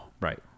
Right